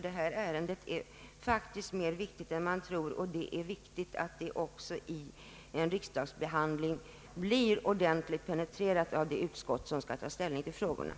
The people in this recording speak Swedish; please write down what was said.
Detta ärende är faktiskt viktigare än många kanske tror, och det är också väsentligt att det vid riksdagsbehandlingen blir ordentligt penetrerat av det utskott som skall ta ställning till frågan.